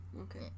Okay